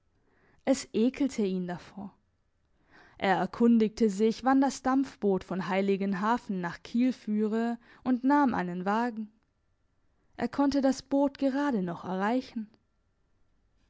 es ekelte ihn davor er erkundigte sich wann das dampfboot von heiligenhafen nach kiel führe und nahm einen wagen er konnte das boot gerade noch erreichen